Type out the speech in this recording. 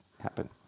happen